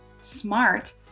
SMART